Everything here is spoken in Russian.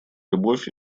любовь